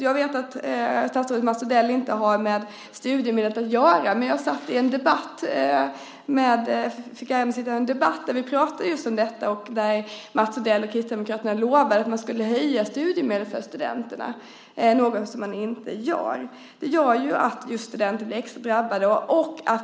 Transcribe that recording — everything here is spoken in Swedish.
Jag vet att statsrådet Mats Odell inte har med studiemedlen att göra. Jag hade dock äran att delta i en debatt där vi pratade just om detta och där Mats Odell och Kristdemokraterna lovade att man skulle höja studiemedlen för studenterna, något som man inte gör. Detta gör att just studenter blir extra drabbade.